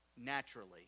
naturally